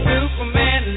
Superman